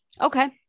Okay